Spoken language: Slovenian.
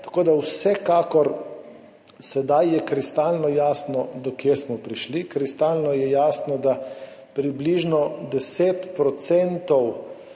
Tako da je vsekakor sedaj kristalno jasno, do kod smo prišli. Kristalno je jasno, da približno 10